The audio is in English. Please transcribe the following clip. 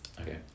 Okay